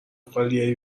خالیهای